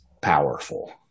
powerful